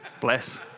BLESS